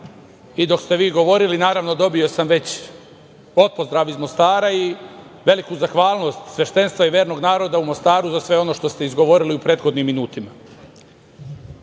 i dok ste vi govorili naravno dobio sam već otpozdrav iz Mostara i veliku zahvalnost sveštenstva i vernog naroda u Mostaru za sve ono što ste izgovorili u prethodnim minutima. Inače,